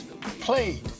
played